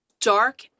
dark